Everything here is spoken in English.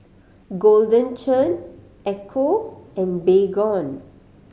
Golden Churn Ecco and Baygon